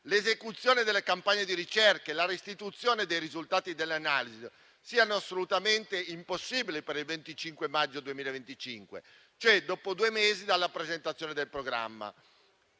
l'esecuzione delle campagne di ricerca e la restituzione dei risultati delle analisi siano assolutamente impossibili per il 25 maggio 2025, cioè dopo due mesi dalla presentazione del programma.